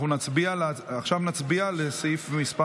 עכשיו נצביע על הסתייגות מס'